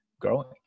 growing